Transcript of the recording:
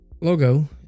logo